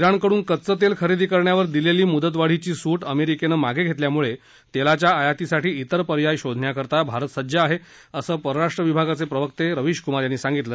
जिणकडून कच्चं तेल खरेदी करण्यावर दिलेली मुदतवाढीची सूट अमेरिकेनं मागे घेतल्यानं तेलाच्या आयातीसाठी तिर पर्याय शोधण्याकरता भारत सज्ज आहे असं परराष्ट्र विभागाचे प्रवक्ता रवीश कुमार यांनी सांगितलं